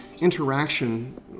interaction